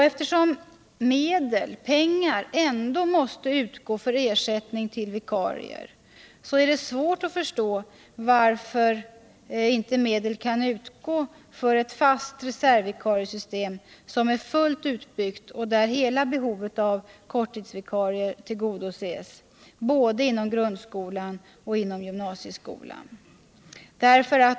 Eftersom medel ändå måste utgå för ersättning till vikarier är det svårt att förstå varför inte medel kan utgå för ett fast reservvikariesystem som är fullt utbyggt och där hela behovet av korttidsvikarier tillgodoses både inom grundskolan och inom gymnasieskolan.